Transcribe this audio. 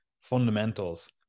fundamentals